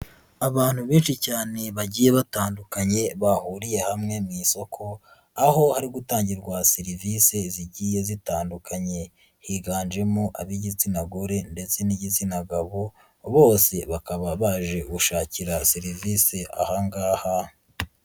Abantu benshi cyane bagiye batandukanye bahuriye hamwe mu isoko aho hari gutangirwa serivise zigiye zitandukanye, higanjemo ab'igitsina gore ndetse n'igitsina gabo bose bakaba baje gushakira serivise aha ngaha.